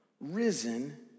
risen